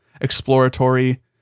exploratory